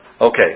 Okay